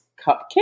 cupcake